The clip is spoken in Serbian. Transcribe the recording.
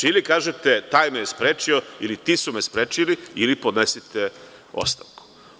Ili kažete – taj me je sprečio ili ti su me sprečili i podnesite ostavku.